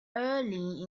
early